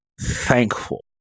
thankful